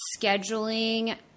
scheduling